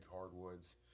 hardwoods